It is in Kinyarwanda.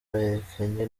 berekanye